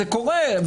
זה קורה.